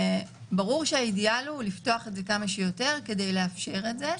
ברור שהאידיאל הוא לפתוח את זה כמה שיותר כדי לאפשר את זה.